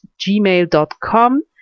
gmail.com